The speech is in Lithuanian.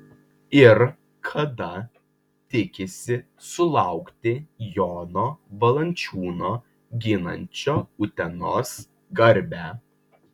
ir kada tikisi sulaukti jono valančiūno ginančio utenos garbę